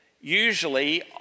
usually